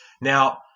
Now